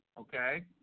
okay